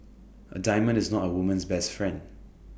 A diamond is not A woman's best friend